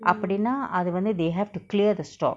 அப்புடின்னா அதுவந்து:appudinna athuvanthu they have to cleae the stock